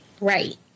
Right